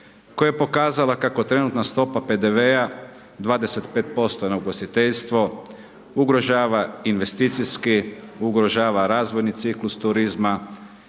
koja je pokazala kako trenutna stopa PDV-a 25% na ugostiteljstvo, ugrožava investicijski, ugrožava razvojni ciklus turizma